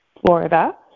Florida